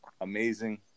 amazing